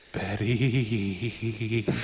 Betty